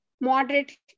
moderate